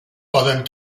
poden